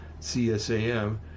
CSAM